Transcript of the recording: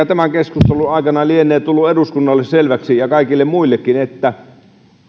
tämän keskustelun aikana lienee tullut selväksi eduskunnalle ja kaikille muillekin että